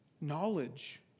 knowledge